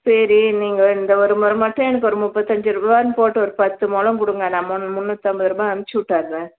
சரி நீங்கள் இந்த ஒருமுறை மட்டும் எனக்கு ஒரு முப்பத்தஞ்சு ருபான்னு போட்டு ஒரு பத்து மொழம் கொடுங்க நான் முந் முந்நூற்றம்பது ருபாய் அனுப்பிச்சி விட்டர்றேன்